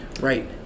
right